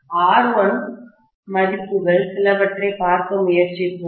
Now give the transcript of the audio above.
R1 மதிப்புகள் சிலவற்றைப் பார்க்க முயற்சிப்போம்